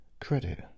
Credit